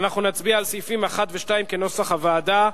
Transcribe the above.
אנחנו נצביע על סעיפים 1 ו-2 כנוסח הוועדה,